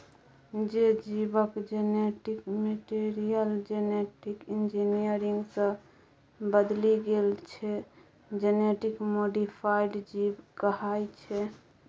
जे जीबक genetic material genetic engineering सँ बदलि गेल छै जेनेटिक मोडीफाइड जीब कहाइ छै